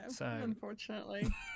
Unfortunately